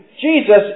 Jesus